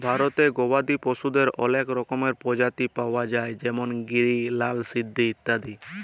ভারতে গবাদি পশুদের অলেক রকমের প্রজাতি পায়া যায় যেমল গিরি, লাল সিন্ধি ইত্যাদি